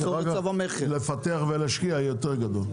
כי אחר כך לפתח ולהשקיע יהיה יותר יקר.